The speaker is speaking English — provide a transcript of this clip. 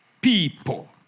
people